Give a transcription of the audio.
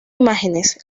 imágenes